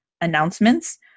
announcements